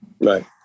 Right